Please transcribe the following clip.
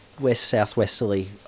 west-southwesterly